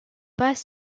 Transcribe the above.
pas